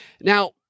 Now